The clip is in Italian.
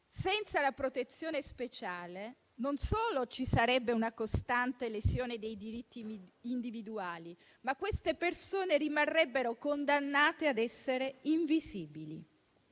Senza la protezione speciale, non solo ci sarebbe una costante lesione dei diritti individuali, ma queste persone rimarrebbero condannate ad essere invisibili.